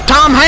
Tom